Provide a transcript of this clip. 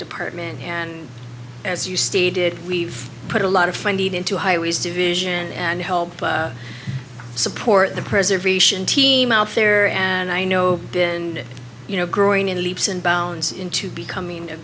department and as you stated we've put a lot of finding into highways division and help support the preservation team out there and i know been you know growing in leaps and bounds into becoming a